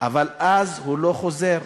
אבל אז הוא לא חוזר,